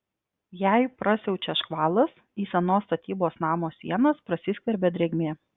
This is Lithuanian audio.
jei prasiaučia škvalas į senos statybos namo sienas prasiskverbia drėgmė